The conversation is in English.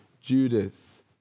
Judas